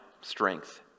strength